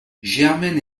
germaine